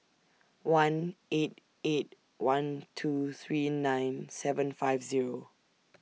one eight eight one two three nine seven five Zero